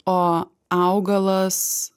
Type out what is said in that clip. o augalas